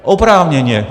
Oprávněně.